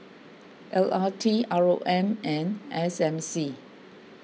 L R T R O M and S M C